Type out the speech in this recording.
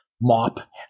mop